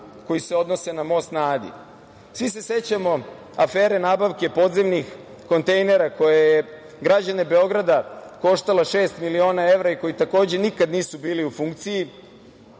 koji se odnose na most na Adi. Svi se sećamo afere nabavke podzemnih kontejnera koja je građane Beograda koštala šest miliona evra i koji, takođe, nikad nisu bili u funkciji.